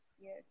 yes